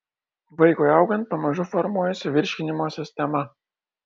vaikui augant pamažu formuojasi virškinimo sistema